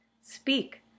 speak